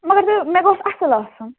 مگر مےٚ مےٚ گوٚژھ اَصٕل آسُن